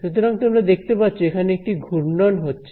সুতরাং তোমরা দেখতে পাচ্ছ এখানে একটি ঘূর্ণন হচ্ছে